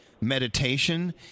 meditation